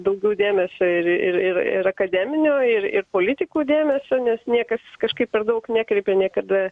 daugiau dėmesio ir ir ir akademinio ir ir politikų dėmesio nes niekas kažkaip per daug nekreipia niekada